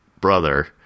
brother